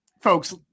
folks